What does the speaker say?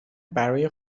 برای